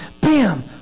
bam